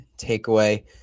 takeaway